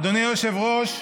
אדוני היושב-ראש,